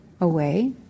away